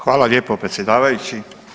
Hvala lijepo predsjedavajući.